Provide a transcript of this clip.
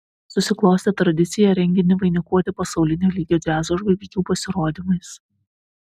susiklostė tradicija renginį vainikuoti pasaulinio lygio džiazo žvaigždžių pasirodymais